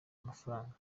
amafaranga